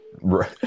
Right